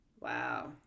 wow